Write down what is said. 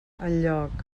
enlloc